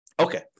Okay